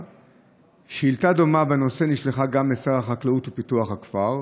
בנושא נשלחה גם לשר החקלאות ופיתוח הכפר,